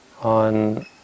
on